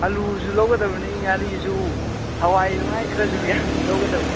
ꯑꯂꯨꯁꯨ ꯂꯧꯒꯗꯕꯅꯤ ꯉꯥꯔꯤꯁꯨ ꯍꯋꯥꯏ ꯅꯨꯡꯋꯥꯏ ꯈꯔꯁꯨ ꯌꯥꯝ ꯂꯧꯒꯗꯕꯅꯤ